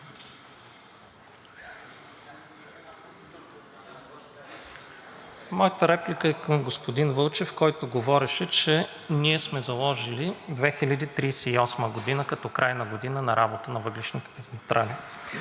Моята реплика е към господин Вълчев, който говореше, че ние сме заложили 2038 г. като крайна година на работа на въглищните централи.